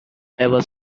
ever